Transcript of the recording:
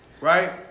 Right